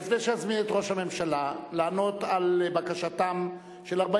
לפני שאזמין את ראש הממשלה לענות על בקשתם של 40